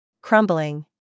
Crumbling